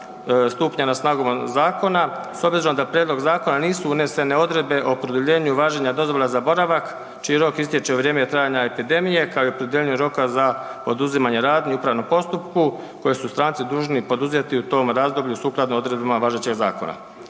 stupanjem na snagu zakona s obzirom da u prijedlog zakona nisu unesene odredbe o produljenju važenja dozvola za boravak čiji rok istječe u vrijeme trajanja epidemije kao i o produljenju roka za poduzimanja radnji u upravnom postupku koje su stranci dužni poduzeti u tom razdoblju sukladno odredbama važećeg zakona.